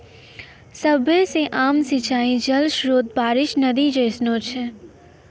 सभ्भे से आम सिंचाई जल स्त्रोत बारिश, नदी जैसनो छै